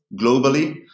globally